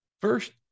First